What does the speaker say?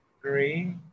three